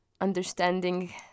understanding